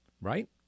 right